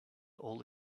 all